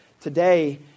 Today